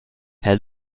herr